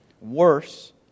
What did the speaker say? Worse